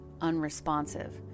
unresponsive